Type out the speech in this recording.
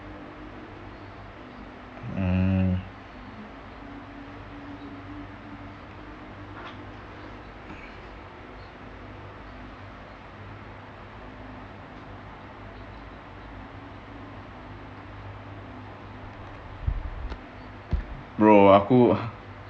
mm bro aku